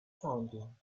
sounding